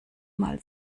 mal